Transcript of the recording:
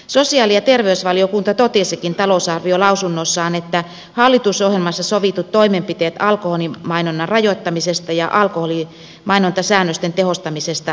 sosiaali ja terveysvaliokunta totesikin talousarviolausunnossaan että hallitusohjelmassa sovitut toimenpiteet alkoholimainonnan rajoittamisesta ja alkoholimainontasäännösten tehostamisesta tulee toteuttaa